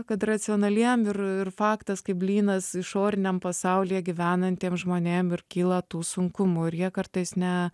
kad racionaliem ir ir faktas kaip blynas išoriniam pasaulyje gyvenantiem žmonėm kyla tų sunkumų ir jie kartais ne